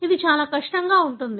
ఇది చాలా కష్టంగా ఉంటుంది